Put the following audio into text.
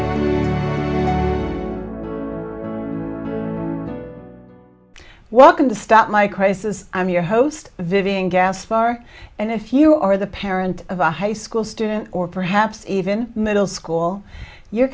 welcome to stop my crisis i'm your host vivian gas bar and if you are the parent of a high school student or perhaps even middle school you're